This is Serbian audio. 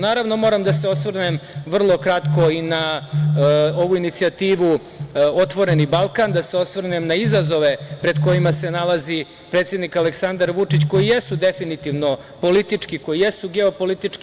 Naravno, moram da se osvrnem vrlo kratko i na ovu inicijativu „Otvoreni Balkan“, da se osvrnem na izazove pred kojima se nalazi predsednik Aleksandar Vučić koji jesu definitivno politički, koji jesu geopolitički.